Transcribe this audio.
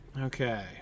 Okay